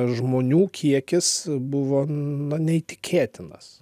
žmonių kiekis buvo na neįtikėtinas